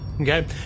Okay